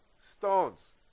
Stones